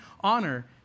honor